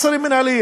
מעצרים מינהליים.